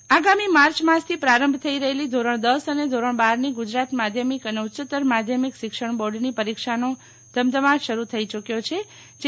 board તારીખ આગામી March માસથી પ્રારંભ થઈ રહેલી ધોરણ દસ અને ધોરણ બારની ગુજરાત માધ્યમિક અને ઉચ્ચતર માધ્યમિક શિક્ષણ બોર્ડની પરિક્ષાનો ધમધમાટ શરૂ થઈ યુકવો છેજે